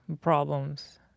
problems